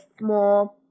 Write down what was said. more